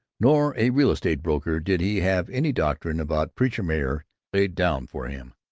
nor a real-estate broker did he have any doctrine about preacher-mayors laid down for him,